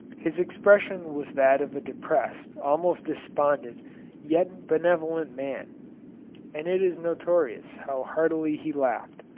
his expression was that of a depressed, almost despondent yet benevolent man and it is notorious how heartily he laughed.